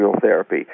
therapy